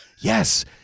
Yes